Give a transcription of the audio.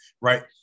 right